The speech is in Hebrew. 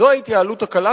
זאת ההתייעלות הקלה,